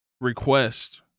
request